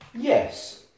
Yes